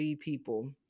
people